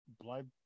Blood